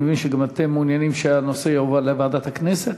ואני מבין שגם אתם מעוניינים שהנושא יועבר לוועדת הכנסת.